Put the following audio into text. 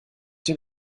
den